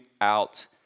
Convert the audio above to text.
out